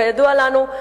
כידוע לנו,